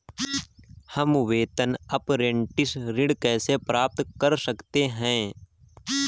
हम वेतन अपरेंटिस ऋण कैसे प्राप्त कर सकते हैं?